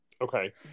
Okay